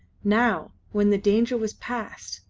now, when the danger was past,